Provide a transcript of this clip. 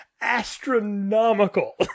astronomical